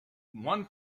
one